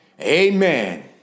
Amen